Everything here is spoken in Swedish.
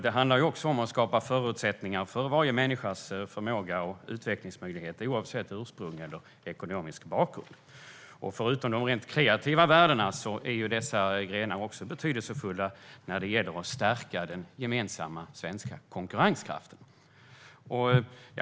Det handlar också om att skapa förutsättningar för varje människas förmåga och utvecklingsmöjligheter, oavsett ursprung eller ekonomisk bakgrund. Förutom de rent kreativa värdena är dessa grenar även betydelsefulla när det gäller att stärka den gemensamma svenska konkurrenskraften.